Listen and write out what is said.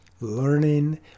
learning